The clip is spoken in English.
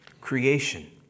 Creation